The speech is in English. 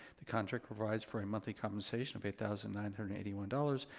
the contract provides for a monthly compensation of eight thousand nine hundred and eighty one dollars,